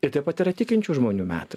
ir taip pat yra tikinčių žmonių met